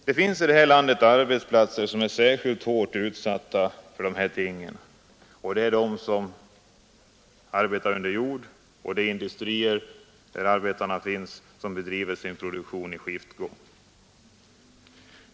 Det finns i det här landet arbetsplatser som är särskilt hårt utsatta, nämligen de som är belägna under jord och de industrier där produktionen bedrivs i skiftgång.